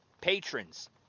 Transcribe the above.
patrons